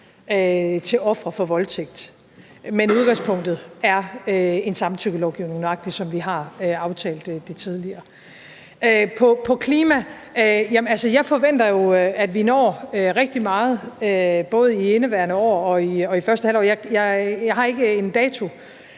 til ofre for voldtægt. Men udgangspunktet er en samtykkelovgivning, nøjagtig som vi har aftalt det tidligere. I forhold til det om klima forventer jeg, at vi når rigtig meget i indeværende år, herunder i første halvår. Jeg har ikke en dato,